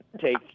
take